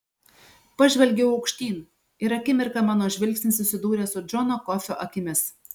pažvelgiau aukštyn ir akimirką mano žvilgsnis susidūrė su džono kofio akimis